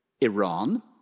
Iran